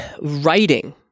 writing